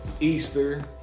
Easter